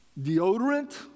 deodorant